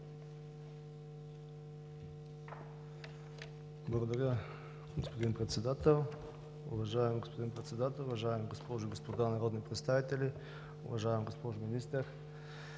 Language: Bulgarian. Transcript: Благодаря, господин Председател. Уважаеми господин Председател, уважаеми госпожи и господа народни представители, уважаема госпожо Министър!